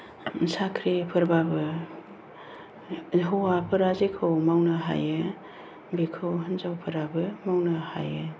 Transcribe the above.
साख्रिफोरबाबो हौवाफोरा जेखौ मावनो हायो बेखौ हिनजावफोराबो मावनो हायो